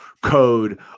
code